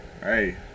Hey